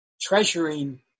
Treasuring